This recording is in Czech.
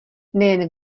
nejen